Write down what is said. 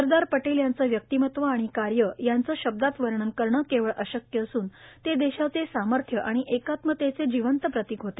सरदार पटेल यांचं व्यक्तिमत्व आणि कार्य यांचं शब्दात वर्णन करणं केवळ अशक्य असून ते देशाचे सामर्थ्य आणि एकात्मतेचे जिवंत प्रतीक होते